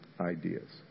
ideas